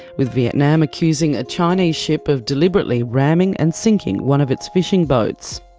with vietnam accusing a chinese ship of deliberately ramming and sinking one of its fishing boats.